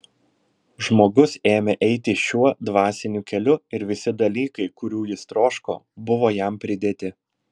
žmogus ėmė eiti šiuo dvasiniu keliu ir visi dalykai kurių jis troško buvo jam pridėti